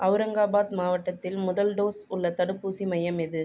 ஹவுரங்காபாத் மாவட்டத்தில் முதல் டோஸ் உள்ள தடுப்பூசி மையம் எது